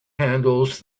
handles